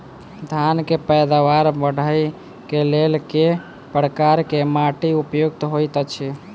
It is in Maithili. धान केँ पैदावार बढ़बई केँ लेल केँ प्रकार केँ माटि उपयुक्त होइत अछि?